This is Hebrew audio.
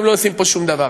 הם לא עושים פה שום דבר.